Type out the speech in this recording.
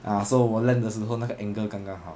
ah so 我 land 的时候那个 angle 刚刚好